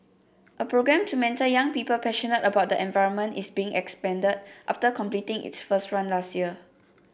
a programme to mentor young people passionate about the environment is being expanded after completing its first run last year